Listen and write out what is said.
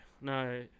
no